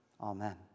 Amen